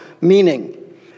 meaning